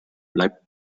bleibt